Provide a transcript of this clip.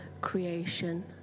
creation